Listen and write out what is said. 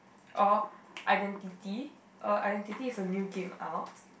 or identity uh identity is a new game out